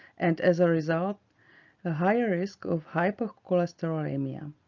and as a result a higher risk of hypercholesterolemia.